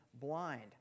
blind